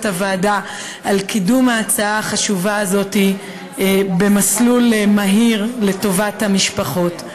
הוועדה על קידום ההצעה החשובה הזאת במסלול מהיר לטובת המשפחות.